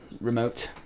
remote